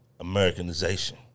Americanization